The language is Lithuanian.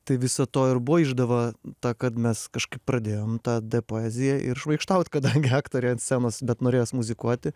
tai viso to ir buvo išdava ta kad mes kažkaip pradėjom tada poeziją ir šmaikštauti kadangi aktoriai ant scenos bet norėjos muzikuoti